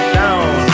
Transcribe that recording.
down